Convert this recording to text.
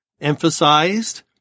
emphasized